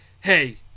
hey